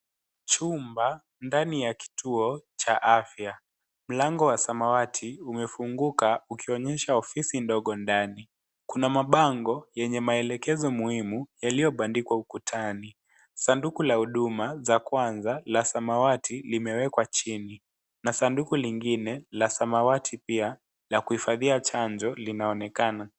chumba ndani ya kituo cha afya mlango wa samawati umefunguka ukionyesha ofisi ndogondani. kuna mapango yenye maelekezo muhimu yaliopandi kwa ukutani sanduku la huduma la kwanza la samawati linawekwa chini na sanduku lingine la samawati pia la kunifadhia chanjo Linaonekana.